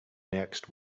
next